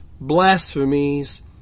blasphemies